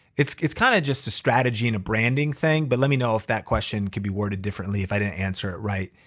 it's it's kinda just a strategy and a branding thing. but let me know if that question could be worded differently if i didn't answer right.